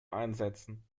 einsetzen